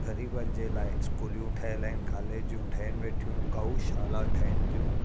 ग़रीबनि जे लाइ इस्कूलियूं ठहियल आहिनि कॉलेजियूं ठहनि वेठियूं गौशाला ठहनि थियूं